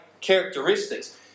characteristics